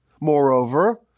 moreover